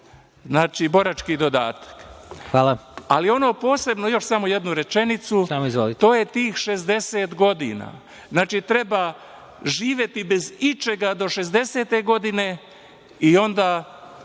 Hvala.)Ali ono posebno, još samo jednu rečenicu, to je tih 60 godina. Znači, treba živeti bez ičega do 60. godine i onda